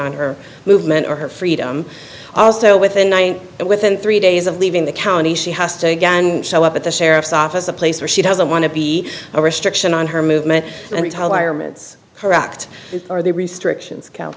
on her movement or her freedom also within one within three days of leaving the county she has to again show up at the sheriff's office a place where she doesn't want to be a restriction on her movement and retirements correct or the restrictions